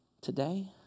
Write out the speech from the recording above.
today